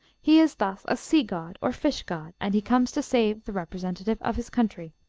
he is thus a sea-god, or fish-god, and he comes to save the representative of his country.